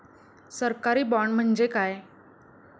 सरकारी बाँड म्हणजे काय?